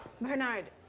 Bernard